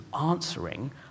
answering